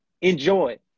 enjoy